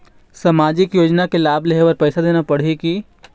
सामाजिक योजना के लाभ लेहे बर पैसा देना पड़ही की?